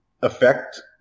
Affect